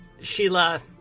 Sheila